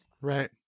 Right